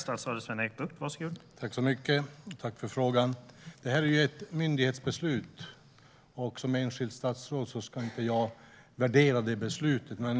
Herr talman! Tack för frågan! Detta rör ett myndighetsbeslut, och som enskilt statsråd ska jag inte värdera det.